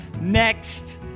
next